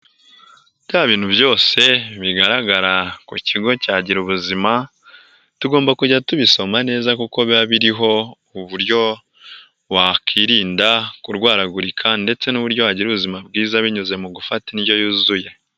Bya bintu byose bigaragara ku kigo cya gira ubuzima, tugomba kujya tubisoma neza kuko biba biriho uburyo wakwirinda kurwaragurika ndetse n'uburyo hagira ubuzima bwiza binyuze mu gufata indyo yuzuye.